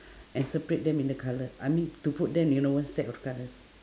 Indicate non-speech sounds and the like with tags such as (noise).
(breath) and separate them in the colour I mean to put them you know one stack of colours